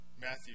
Matthew